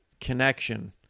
connection